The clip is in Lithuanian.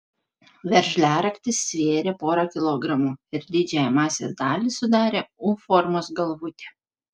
veržliaraktis svėrė porą kilogramų ir didžiąją masės dalį sudarė u formos galvutė